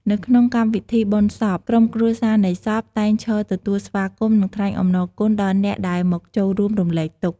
នៅក្នុងពិធីបុណ្យសព ក្រុមគ្រួសារនៃសព តែងឈរទទួលស្វាគមន៍ និងថ្លែងអំណរគុណដល់អ្នកដែលមកចូលរួមរំលែកទុក្ខ។